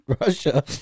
Russia